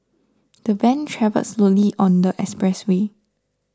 the van travelled slowly on the expressway